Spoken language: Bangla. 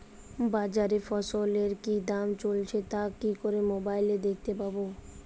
বাজারে ফসলের কি দাম চলছে তা কি করে মোবাইলে দেখতে পাবো?